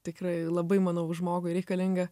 tikrai labai manau žmogui reikalinga